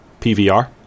PVR